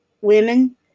women